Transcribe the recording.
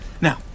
Now